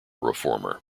reformer